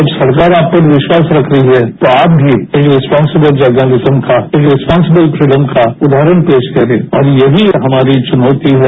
जब सरकार आप पर विश्वास रख रही है तो आप भी रिस्पांसिवल जनर्लिज्म का एक रिस्पांसिबल फ्रीडम का उदाहरण पेश करें और यही हमारी चुनौती है